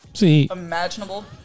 imaginable